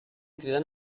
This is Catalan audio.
cridant